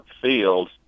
field